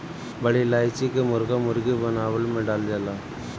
बड़ी इलायची के मुर्गा मुर्गी बनवला में डालल जाला